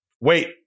Wait